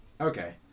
Okay